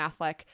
Affleck